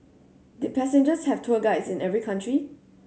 did passengers have tour guides in every country